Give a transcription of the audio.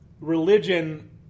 religion